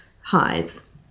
Highs